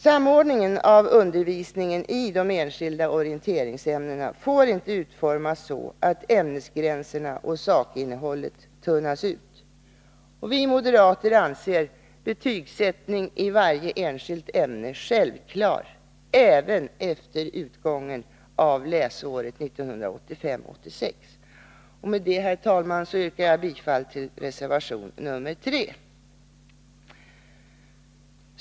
Samordningen av undervisningen i de enskilda orienteringsämnena får inte utformas så att ämnesgränserna och sakinnehållet tunnas ut. Vi moderater anser att det är självklart med betygsättning i varje enskilt ämne, även efter utgången av läsåret 1985/86. Med detta, herr talman, yrkar jag bifall till reservation nr 3.